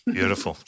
Beautiful